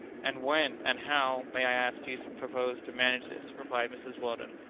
and when, and how, may i ask, do you propose to manage this? replied mrs. weldon,